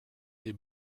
les